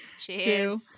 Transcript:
Cheers